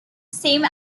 same